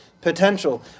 potential